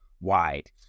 wide